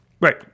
Right